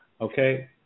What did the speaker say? Okay